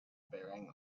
bearing